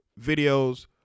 videos